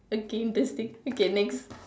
okay interesting okay next